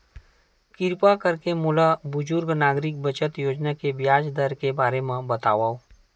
किरपा करके मोला बुजुर्ग नागरिक बचत योजना के ब्याज दर के बारे मा बतावव